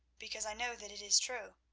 because i know that it is true.